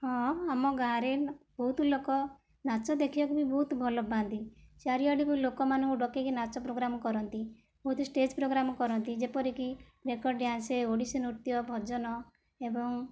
ହଁ ଆମ ଗାଁରେ ବହୁତ ଲୋକ ନାଚ ଦେଖିବାକୁ ବି ବହୁତ ଭଲ ପାଆନ୍ତି ଚାରିଆଡ଼ୁ ବି ଲୋକମାନଙ୍କୁ ଡକାଇକି ନାଚ ପ୍ରୋଗ୍ରାମ୍ କରନ୍ତି ବହୁତ ଷ୍ଟେଜ୍ ପ୍ରୋଗ୍ରାମ୍ କରନ୍ତି ଯେପରି କି ରେକର୍ଡ଼୍ ଡ୍ୟାନ୍ସ ଓଡ଼ିଶୀ ନୃତ୍ୟ ଭଜନ ଏବଂ